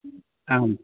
आम्